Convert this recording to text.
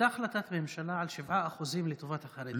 הייתה החלטת ממשלה על 7% לטובת החרדים.